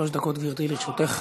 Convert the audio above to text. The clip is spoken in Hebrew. שלוש דקות, גברתי, לרשותך.